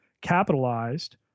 capitalized